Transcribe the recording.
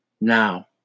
now